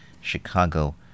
Chicago